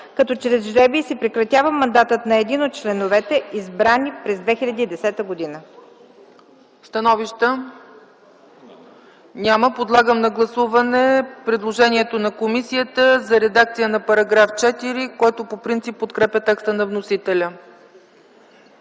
като чрез жребий се прекратява мандатът на един от членовете, избрани през 2010 г.” ПРЕДСЕДАТЕЛ ЦЕЦКА ЦАЧЕВА: Становища? Няма. Подлагам на гласуване предложението на комисията за редакция на § 4, която по принцип подкрепя текста на вносителя.